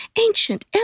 ancient